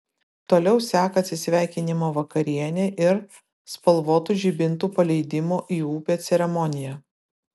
toliau seka atsisveikinimo vakarienė ir spalvotų žibintų paleidimo į upę ceremonija